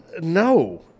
No